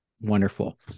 Wonderful